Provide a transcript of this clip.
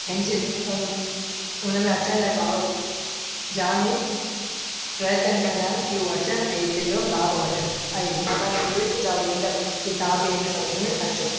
हीन जे हुन में अचण लाइ माण्हू जाम ई प्रयत्न कंदा आहिनि कि हू अचनि ऐं हिते जो लाभ वठनि ऐं मां तव्हांखे इहो ई सुझाव ॾींदमि कि तव्हां बि हिन सभिनिनि में अचो